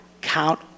count